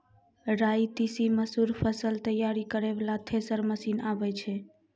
राई तीसी मसूर फसल तैयारी करै वाला थेसर मसीन आबै छै?